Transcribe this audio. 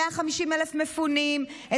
150,000 מפונים,